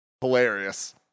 hilarious